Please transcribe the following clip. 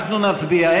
אנחנו נצביע,